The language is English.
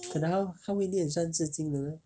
可能他他会念三字经的 leh